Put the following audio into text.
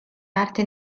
arte